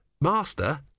Master